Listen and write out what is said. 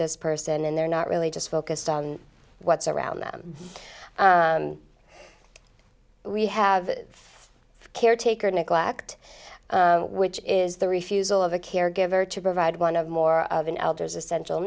this person and they're not really just focused on what's around them we have caretaker neglect which is the refusal of a caregiver to provide one of more than elders essential